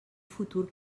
futur